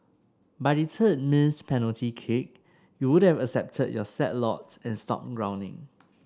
by the third missed penalty kick you would've accepted your sad lot and stopped groaning